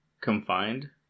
confined